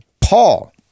Paul